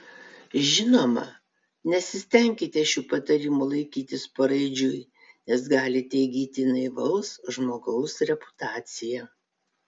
žinoma nesistenkite šių patarimų laikytis paraidžiui nes galite įgyti naivaus žmogaus reputaciją